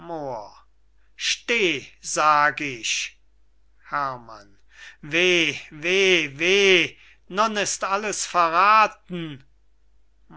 sag ich herrmann weh weh weh nun ist alles verrathen